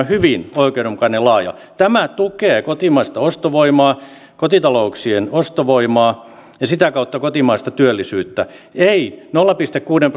hyvin oikeudenmukainen ja laaja tämä tukee kotimaista ostovoimaa kotitalouksien ostovoimaa ja sitä kautta kotimaista työllisyyttä ei nolla pilkku kuuden